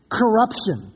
corruption